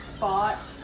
bought